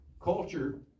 culture